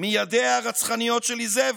מידיה הרצחניות של איזבל?